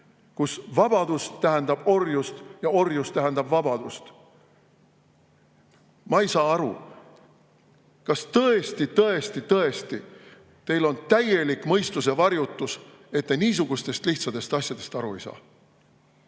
kus vabadus tähendab orjust ja orjus tähendab vabadust. Ma ei saa aru. Kas tõesti, tõesti, tõesti teil on täielik mõistuse varjutus, et te niisugustest lihtsatest asjadest aru ei saa?